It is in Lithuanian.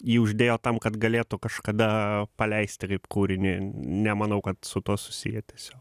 jį uždėjo tam kad galėtų kažkada paleisti kaip kūrinį nemanau kad su tuo susiję tiesiog